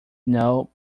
know